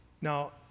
Now